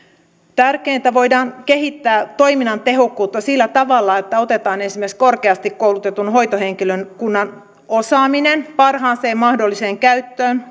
tärkeintä voidaan kehittää toiminnan tehokkuutta sillä tavalla että otetaan esimerkiksi korkeasti koulutetun hoitohenkilökunnan osaaminen parhaaseen mahdolliseen käyttöön